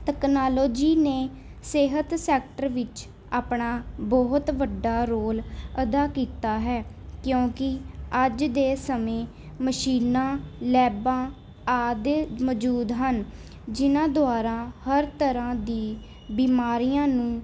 technology ਨੇ ਸਿਹਤ sector ਵਿੱਚ ਆਪਣਾ ਬਹੁਤ ਵੱਡਾ ਰੋਲ ਅਦਾ ਕੀਤਾ ਹੈ ਕਿਉਂਕਿ ਅੱਜ ਦੇ ਸਮੇਂ ਮਸ਼ੀਨਾਂ ਲੈਬਾਂ ਆਦਿ ਮੌਜੂਦ ਹਨ ਜਿਨ੍ਹਾਂ ਦੁਆਰਾ ਹਰ ਤਰ੍ਹਾਂ ਦੀ ਬਿਮਾਰੀਆਂ ਨੂੰ